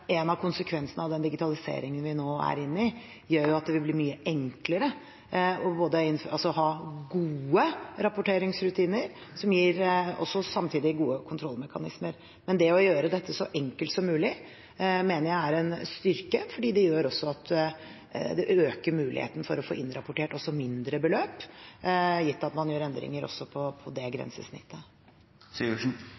en av konsekvensene av den digitaliseringen vi nå er inne i, er at det blir mye enklere å ha gode rapporteringsrutiner, som samtidig også gir gode kontrollmekanismer. Men det å gjøre dette så enkelt som mulig mener jeg er en styrke, for det øker muligheten for å få innrapportert også mindre beløp, gitt at man gjør endringer også på det grensesnittet. Det